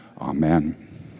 Amen